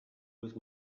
with